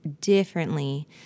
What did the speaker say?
differently